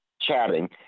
chatting